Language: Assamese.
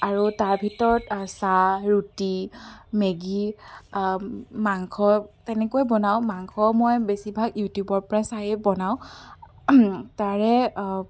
আৰু তাৰ ভিতৰত চাহ ৰুটি মেগী মাংস তেনেকৈ বনাওঁ মাংস মই বেছিভাগ ইউটিউবৰ পৰা চায়েই বনাওঁ তাৰে